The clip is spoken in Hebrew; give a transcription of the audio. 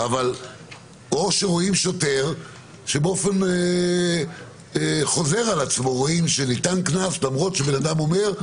או שרואים שוטר שבאופן חוזר על עצמו נתן קנס למרות שבן אדם אומר: